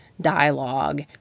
Dialogue